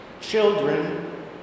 Children